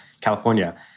California